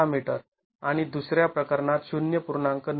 ६ metre आणि दुसर्या प्रकरणात ०